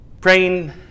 Praying